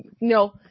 no